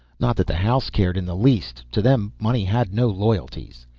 not that the house cared in the least. to them money had no loyalties.